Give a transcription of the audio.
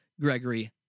Gregory